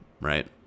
right